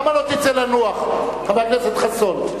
למה לא תצא לנוח, חבר הכנסת חסון?